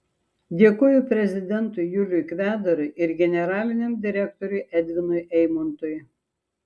dėkoju prezidentui juliui kvedarui ir generaliniam direktoriui edvinui eimontui